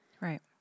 Right